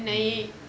mm